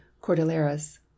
cordilleras